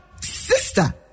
sister